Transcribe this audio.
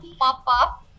Pop-up